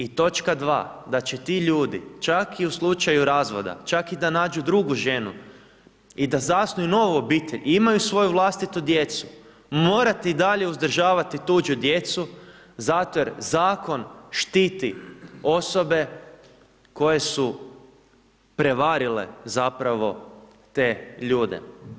I točka dva, da će ti ljudi, čak i u slučaju razvoda, čak i da nađu drugu ženu i da zasnuju novu obitelj i imaju svoju vlastitu djecu, morati i dalje uzdržavati tuđu djecu zato jer zakon štiti osobe koje su prevarile zapravo te ljude.